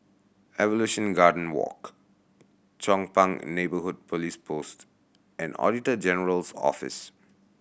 Evolution Garden Walk Chong Pang Neighbourhood Police Post and Auditor General's Office